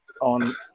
on